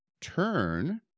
turn